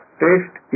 taste